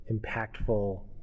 impactful